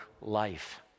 life